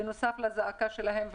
בנוסף לזעקה שלהם,